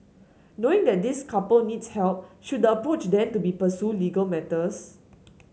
knowing then this couple needs help should the approach then to be pursue legal matters